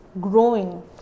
growing